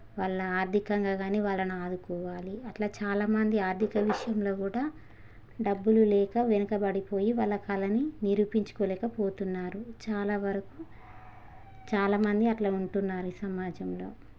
వాళ్ళను ఆర్థికంగా కానీ వాళ్ళని ఆదుకోవాలి అట్లా చాలామంది ఆర్థిక విషయంలో కూడా డబ్బులు లేక వెనుకబడిపోయి వాళ్ళ కళని నిరూపించుకోలేకపోతున్నారు చాలా వరకు చాలామంది అట్లా ఉంటున్నారు ఈ సమాజంలో